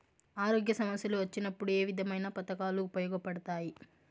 ఆరోగ్య సమస్యలు వచ్చినప్పుడు ఏ విధమైన పథకాలు ఉపయోగపడతాయి